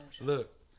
Look